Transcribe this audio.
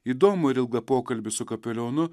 įdomų ir ilgą pokalbį su kapelionu